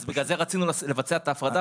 אז בגלל זה רצינו לבצע את ההפרדה,